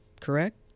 correct